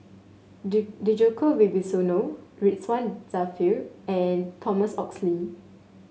Djoko Wibisono Ridzwan Dzafir and Thomas Oxley